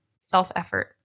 self-effort